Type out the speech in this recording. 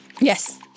Yes